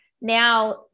now